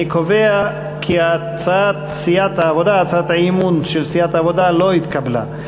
אני קובע כי הצעת האי-אמון של סיעת העבודה לא התקבלה.